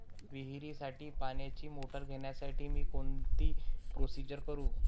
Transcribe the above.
विहिरीसाठी पाण्याची मोटर घेण्यासाठी मी कोणती प्रोसिजर करु?